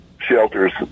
shelters